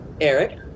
Eric